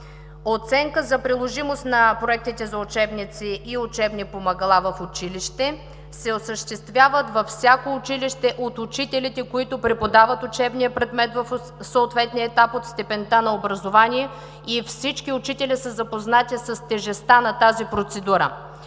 Оценка за приложимост на проектите за учебници и учебни помагала в училище се осъществяват във всяко училище от учителите, които преподават учебния предмет в съответния етап, от степента на образование и всички учители са запознати с тежестта на тези процедура